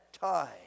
time